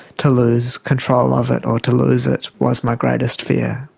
to lose control of it or to lose it was my greatest fear.